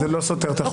זה לא סותר את החוק.